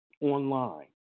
online